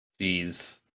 Jeez